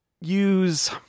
use